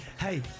hey